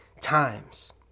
times